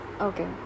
Okay